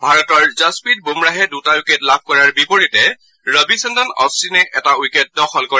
ভাৰতৰ যশপ্ৰীত বুমৰাহে দুটা উইকেট লাভ কৰাৰ বিপৰীতে ৰবিচন্দ্ৰন অধিনে এটা উইকেট দখল কৰে